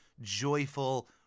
joyful